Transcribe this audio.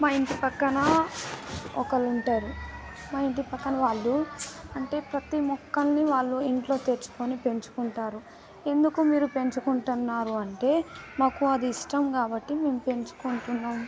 మా ఇంటి ప్రక్కన ఒకరు ఉంటారు మా ఇంటి ప్రక్కన వాళ్ళు అంటే ప్రతీ మొక్కలని వాళ్ళు ఇంట్లో తెచ్చుకొని పెంచుకుంటారు ఎందుకు మీరు పెంచుకుంటున్నారు అంటే మాకు అది ఇష్టం కాబట్టి మేము పెంచుకుంటున్నాము